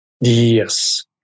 Yes